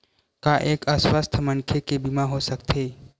का एक अस्वस्थ मनखे के बीमा हो सकथे?